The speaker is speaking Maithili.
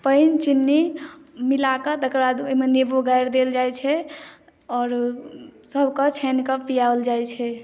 पानि चीनी मिला कऽ तकरबाद ओहिमे नेबो गारि देल जाइ छै आओर सबके छानि कऽ पियाओल जाइ छै